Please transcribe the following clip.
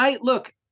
look